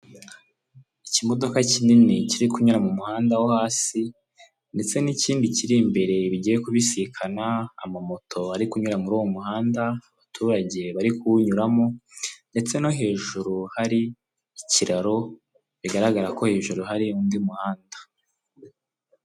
Iyi ni inzu nini mu buryo bugaragara isize amabara y'umweru n'ubururu hejuru ndetse n'umukara ku madirishya n'inzugi ku ruhande hari ubusitani bugaragara neza ubona butoshye, butanga umuyaga ku bagenda bose.